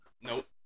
Nope